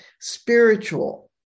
spiritual